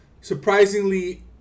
surprisingly